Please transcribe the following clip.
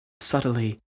subtly